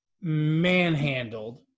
manhandled